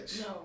No